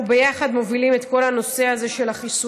אנחנו מובילים ביחד את כל הנושא הזה של החיסונים,